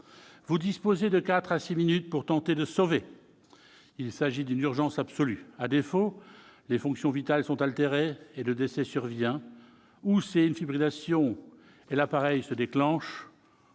Vous disposez de quatre à six minutes pour tenter de la sauver. Il s'agit d'une urgence absolue. À défaut, les fonctions vitales sont altérées et le décès survient. Ou c'est une fibrillation et l'appareil se déclenche,